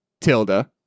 Tilda